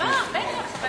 לקריאה ראשונה,